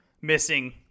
missing